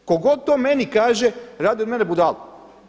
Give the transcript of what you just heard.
Tko god to meni kaže radi od mene budalu.